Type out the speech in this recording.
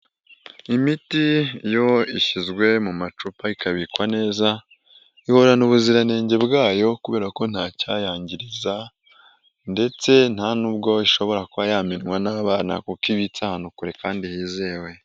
Imiti iyo ishyizwe mu macupa ikabikwa neza ihorana ubuziranenge bwayo kubera ko nta cyayangiriza ndetse nta nubwo ishobora kuba yamenywa n'abana kuko ibitse ahantu kure kandi hizewe.